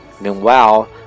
Meanwhile